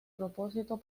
propósitos